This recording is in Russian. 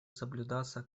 соблюдаться